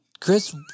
Chris